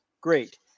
great